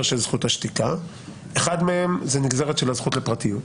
של זכות השתיקה כאשר אחד מהם הוא נגזרת של הזכות לפרטיות.